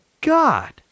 God